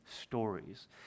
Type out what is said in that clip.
stories